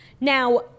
Now